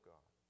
God